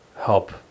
help